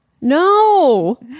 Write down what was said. No